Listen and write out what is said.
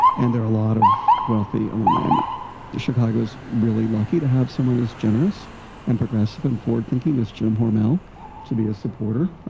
and there are a lot of wealthy alumni. i mean chicago is really lucky to have someone as generous and progressive and forward-thinking as jim hormel to be a supporter.